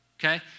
Okay